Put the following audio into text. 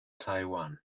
taiwan